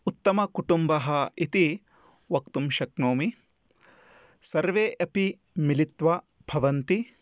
उत्तमकुटुम्बः इति वक्तुं शक्नोमि सर्वे अपि मिलित्वा भवन्ति